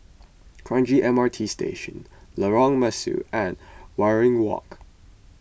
Kranji M R T Station Lorong Mesu and Waringin Walk